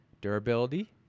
durability